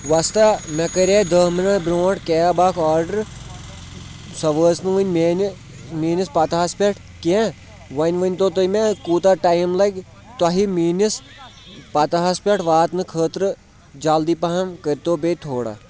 وۄستا مےٚ کَرے دہ مِنٹ برٛونٛٹھ کیب اَکھ آرڈر سۄ وٲژ نہٕ وُنہِ میانہِ میٲنِس پتہس پٮ۪ٹھ کینٛہہ وۄنۍ ؤنِتو تُہۍ مےٚ کوٗتاہ ٹایم لگہِ تۄہہِ میٲنِس پتہس پٮ۪ٹھ واتنہٕ خٲطرٕ جلدی پہم کٔرِتو بیٚیہِ تھوڑا